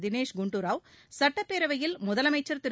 தினேஷ் குண்டுராவ் சட்டப்பேரவையில் முதலமைச்சர் திரு